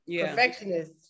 perfectionist